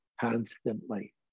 constantly